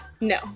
No